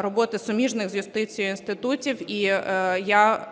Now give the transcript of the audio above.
робота суміжних з юстицією інститутів.